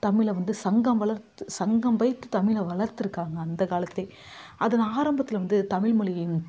தமிழை வந்து சங்கம் வளர்த்து சங்கம் வைத்து தமிழை வளர்த்திருக்காங்க அந்த காலத்திலே அது நான் ஆரம்பத்தில் வந்து தமிழ் மொழியின்